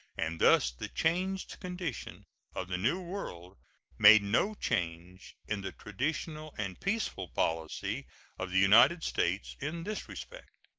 and thus the changed condition of the new world made no change in the traditional and peaceful policy of the united states in this respect.